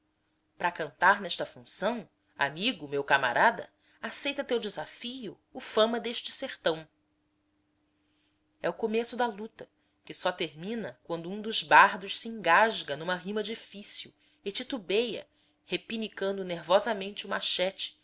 pra cantar nesta função amigo meu camarada aceita teu desafio o fama deste sertão é o começo da luta que só termina quando um dos bardos se engasga numa rima difícil e titubeia repinicando nervosamente o machete